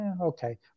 Okay